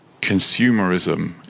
consumerism